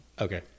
Okay